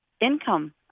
income